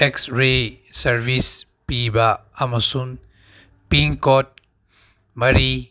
X-ray service ꯄꯤꯕ ꯑꯃꯁꯨꯡ ꯄꯤꯟꯀꯣꯠ ꯃꯔꯤ